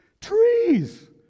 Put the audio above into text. Trees